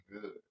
good